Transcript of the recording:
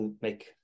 make